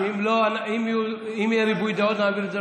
ועדת הפנים.